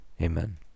Amen